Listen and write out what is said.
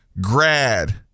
grad